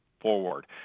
forward